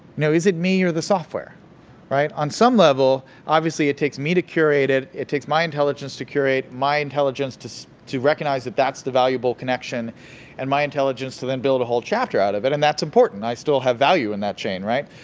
is it me or the software, all right? on some level, obviously it takes me to curate it, it takes my intelligence to curate, my intelligence to to recognize that that's the valuable connection and my intelligence to then build a whole chapter out of it, and that's important. i still have value in that chain, right?